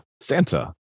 Santa